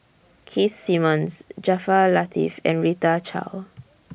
Keith Simmons Jaafar Latiff and Rita Chao